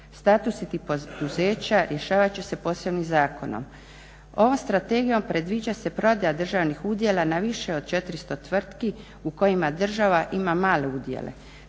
Statusi tih poduzeća rješavati će se posebnim zakonom. Ovom strategijom predviđa se prodaja državnih udjela na više od 400 tvrtki u kojima država ima male udjele.